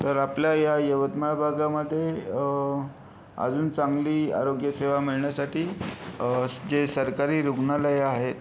तर आपल्या या यवतमाळ भागामध्ये अजून चांगली आरोग्य सेवा मिळण्यासाठी जे सरकारी रुग्णालयं आहेत